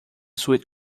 sweet